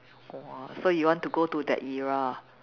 !wah! so you want to go to that era ah